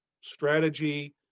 strategy